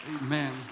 Amen